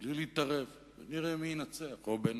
בלי להתערב ונראה מי ינצח, או בין